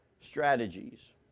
strategies